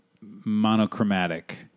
monochromatic